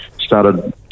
started